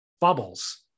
bubbles